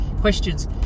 questions